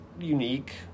unique